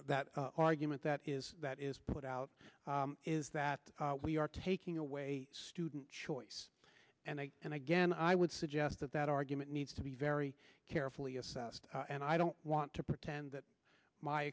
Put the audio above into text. that argument that is that is put out is that we are taking away student choice and i and again i would suggest that that argument needs to be very carefully assessed and i don't want to pretend that my